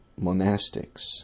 monastics